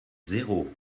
zéro